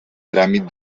tràmit